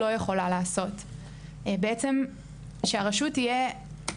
היה לי כלכלי בגלל שהיה לי הון.